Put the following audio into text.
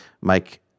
Mike